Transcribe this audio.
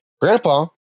Grandpa